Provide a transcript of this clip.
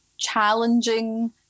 challenging